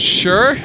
sure